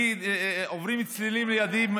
עוברים צלילים לידי.